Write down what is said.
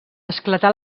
esclatar